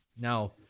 Now